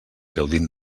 gaudint